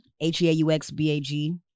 H-E-A-U-X-B-A-G